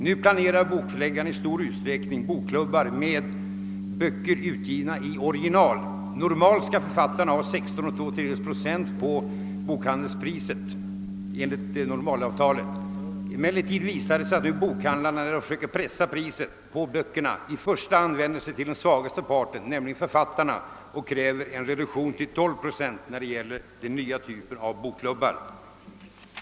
Nu planerar bokförläggarna i stor utsträckning bokklubbar med böcker utgivna i original. Normalt skall författarna ha 16 2/3 procent på bokhandelspriset enligt avtalet. Emellertid visar det sig att förläggarna då de försöker sänka priset på böckerna i första hand pressar den svagaste parten, nämligen författarna, och kräver en reduktion till 12 procent när det gäller den nya typen av bokklubbar.